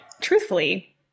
truthfully